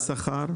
ושכר?